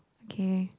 okay